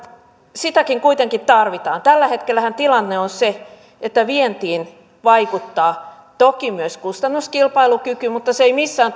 sitäkin kuitenkin tarvitaan tällä hetkellähän tilanne on se että vientiin vaikuttaa toki myös kustannuskilpailukyky mutta se ei missään